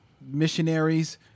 missionaries